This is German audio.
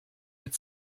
mit